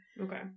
okay